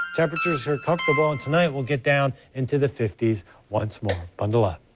temperatures are comfortable and tonight we'll get down into the fifty s once more. bundle up.